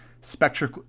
spectral